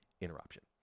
interruption